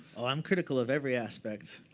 i'm critical of every aspect.